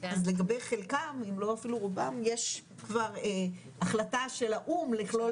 אז לגבי חלקם אם לא אפילו רובם אז יש כבר החלטה של האו"ם לכלול